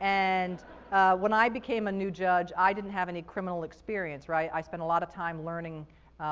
and when i became a new judge, i didn't have any criminal experience, right? i spent a lot of time learning